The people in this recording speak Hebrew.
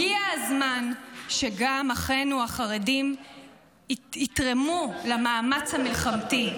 הגיע הזמן שגם אחינו החרדים יתרמו למאמץ המלחמתי.